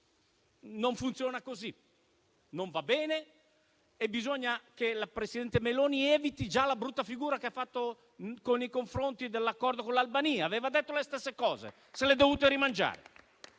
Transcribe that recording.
Non funziona così: non va bene e bisogna che la presidente Meloni eviti la brutta figura che ha già fatto in occasione dell'accordo con l'Albania, quando aveva detto le stesse cose e se le è dovute rimangiare.